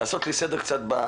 לעשות לי סדר בבלבול.